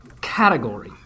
category